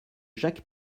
jacques